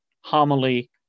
homily